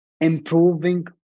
improving